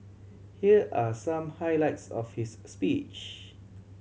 here are some highlights of his speech